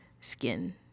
skin